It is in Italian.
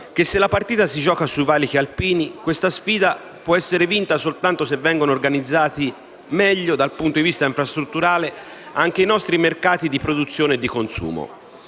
che, se la partita si gioca sui valichi alpini, questa sfida può essere vinta soltanto se vengono organizzati meglio, dal punto di vista infrastrutturale, anche i nostri mercati di produzione e di consumo.